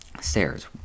stairs